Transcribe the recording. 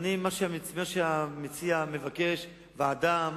מה שהמציע מבקש, ועדה?